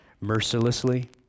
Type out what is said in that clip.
mercilessly